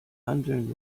handeln